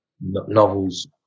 novels